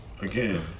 Again